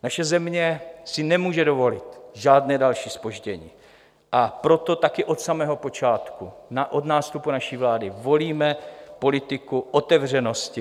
Naše země si nemůže dovolit žádné další zpoždění, a proto také od samého počátku od nástupu naší vlády volíme politiku otevřenosti.